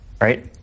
Right